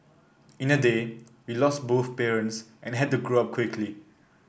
in a day we lost both parents and had to grow up quickly